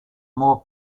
more